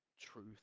truth